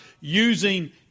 using